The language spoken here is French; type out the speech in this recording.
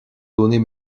données